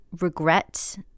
regret